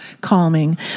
calming